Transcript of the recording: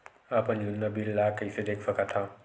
अपन जुन्ना बिल ला कइसे देख सकत हाव?